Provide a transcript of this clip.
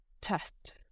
test